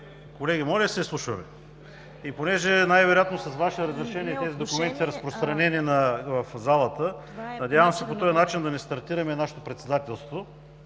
Колеги, моля да се изслушваме! Понеже най-вероятно с Ваше разрешение тези документи са разпространени в залата, надявам се по този начин да не стартираме нашето Председателство.